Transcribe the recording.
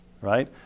right